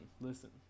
listen